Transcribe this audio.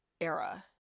era